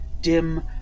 dim